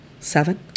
seven